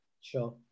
Sure